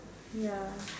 ya